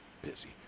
Busy